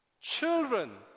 children